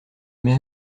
m’ai